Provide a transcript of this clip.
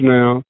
now